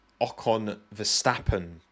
Ocon-Verstappen